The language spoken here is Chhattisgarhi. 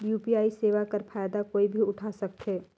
यू.पी.आई सेवा कर फायदा कोई भी उठा सकथे?